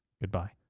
goodbye